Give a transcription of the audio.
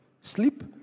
Sleep